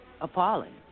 appalling